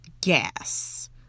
gas